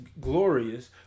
glorious